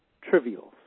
trivial